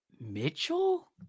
Mitchell